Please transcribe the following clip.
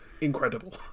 incredible